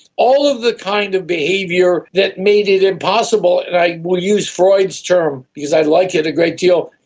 all of the kind of behaviour that made it impossible, and i will use freud's term because i like it a great deal,